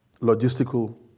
logistical